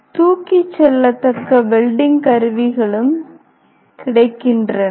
தூக்கி செல்லத்தக்க வெல்டிங் கருவிகளும் கிடைக்கின்றன